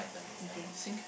mm kay